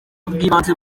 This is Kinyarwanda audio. bw’ibanze